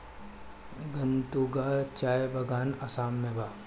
गतूंगा चाय उद्यान आसाम में बा